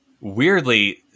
weirdly